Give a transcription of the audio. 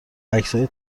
عکسهای